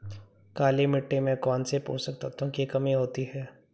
काली मिट्टी में कौनसे पोषक तत्वों की कमी होती है?